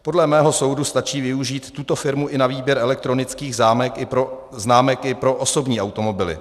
Podle mého soudu stačí využít tuto firmu i na výběr elektronických známek i pro osobní automobily.